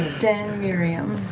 den mirimm.